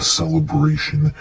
celebration